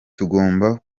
tugomba